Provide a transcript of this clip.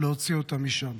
להוציא אותם משם.